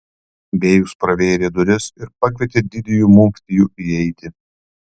bėjus pravėrė duris ir pakvietė didįjį muftijų įeiti